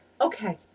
okay